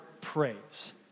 praise